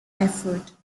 effort